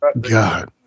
God